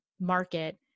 market